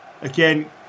again